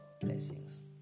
blessings